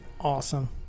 awesome